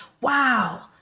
wow